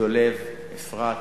דולב, אפרת.